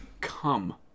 Come